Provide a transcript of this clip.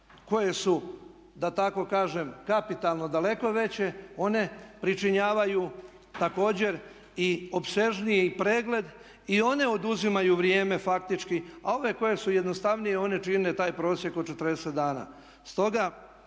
koje su da tako kažem kapitalno daleko veće one pričinjavaju također i opsežniji pregled i one oduzimaju vrijeme faktički. A ove koje su jednostavnije one čine taj prosjek od 40 dana.